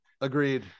Agreed